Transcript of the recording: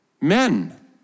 Men